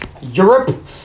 Europe